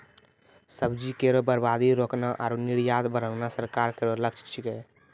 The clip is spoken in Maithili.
सब्जी केरो बर्बादी रोकना आरु निर्यात बढ़ाना सरकार केरो लक्ष्य छिकै